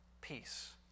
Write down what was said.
peace